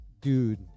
dude